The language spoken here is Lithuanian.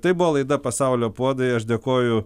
tai buvo laida pasaulio puodai aš dėkoju